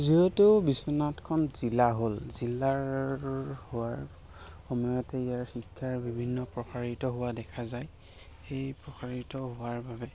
যিহেতু বিশ্বনাথখন জিলা হ'ল জিলাৰ হোৱাৰ সময়তে ইয়াৰ শিক্ষাৰ বিভিন্ন প্ৰসাৰিত হোৱাৰ দেখা যায় সেই প্ৰসাৰিত হোৱাৰ বাবে